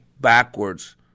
backwards